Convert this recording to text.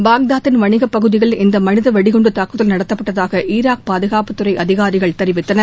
பாக்தாத்தின் வணிக பகுதியில் இந்த மனித வெடிகுண்டு தாக்குதல் நடத்தப்பட்டதாக ஈராக் பாதுகாப்புத் துறை அதிகாரிகள் தெரிவித்தனர்